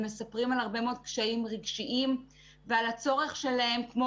הם מספרים על הרבה מאוד קשיים רגשיים ועל הצורך שלהם כמו